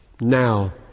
now